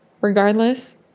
Regardless